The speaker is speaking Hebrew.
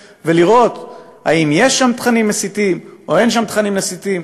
ולראות אם יש שם תכנים מסיתים או אין שם תכנים מסיתים.